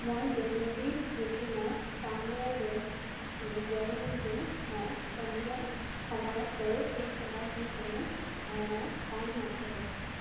মই দৈনন্দিন ৰুটিনত কামবোৰ আৰু ড্ৰয়িং ড্ৰয়িংটো মই সন্ধিয়া সময়ত কৰোঁ সেই সময়ত মোৰ কোনো ধৰণৰ কাম নাথাকে